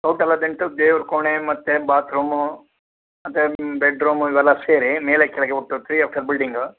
total ಹದಿನೆಂಟು ದೇವ್ರು ಕೋಣೆ ಮತ್ತು ಬಾತ್ರೂಮು ಮತ್ತು ಬೆಡ್ರೂಮ್ ಇವೆಲ್ಲ ಸೇರಿ ಮೇಲೆ ಕೆಳಗೆ ಒಟ್ಟು ತ್ರೀ ಆಫ್ಟರ್ ಬಿಲ್ಡಿಂಗು